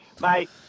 Mate